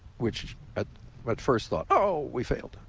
which at but first thought, oh, we failed.